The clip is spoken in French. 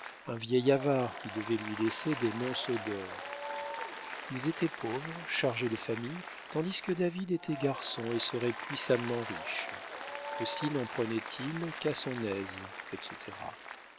un vieil avare qui devait lui laisser des monceaux d'or ils étaient pauvres chargés de famille tandis que david était garçon et serait puissamment riche aussi n'en prenait-il qu'à son aise etc